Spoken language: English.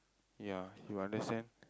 ya you understand